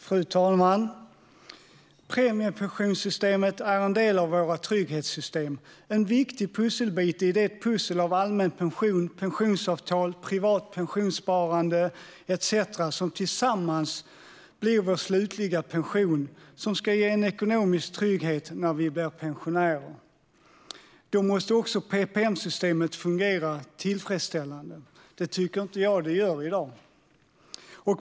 Fru talman! Premiepensionssystemet är en del av våra trygghetssystem. Det är en viktig pusselbit i det pussel av allmän pension, pensionsavtal, privat pensionssparande etcetera som tillsammans blir vår slutliga pension och som ska ge en ekonomisk trygghet när vi blir pensionärer. Då måste också PPM-systemet fungera tillfredsställande. Det tycker inte jag att det gör i dag.